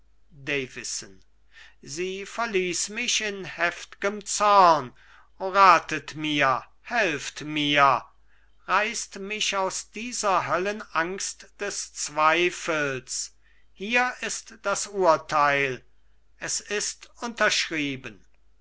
sie verließ mich in heft'gem zorn o ratet mir helft mir reißt mich aus dieser höllenangst des zweifels hier ist das urteil es ist unterschrieben